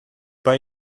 pas